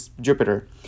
Jupiter